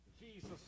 Jesus